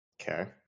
Okay